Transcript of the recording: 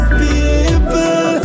people